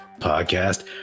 podcast